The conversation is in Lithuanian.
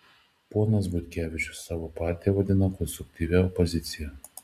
ponas butkevičius savo partiją vadina konstruktyvia opozicija